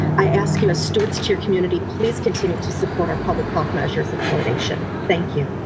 i ask you a stewards to your community, please continue to support our public health measures of fluoridation. thank you.